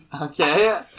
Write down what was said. Okay